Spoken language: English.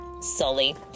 Sully